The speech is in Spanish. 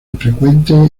infrecuente